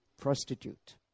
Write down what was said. prostitute